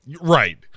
Right